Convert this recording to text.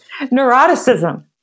Neuroticism